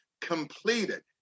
completed